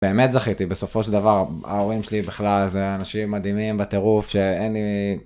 באמת זכיתי בסופו של דבר, ההורים שלי בכלל זה אנשים מדהימים בטירוף שאין לי...